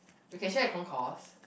we can share concourse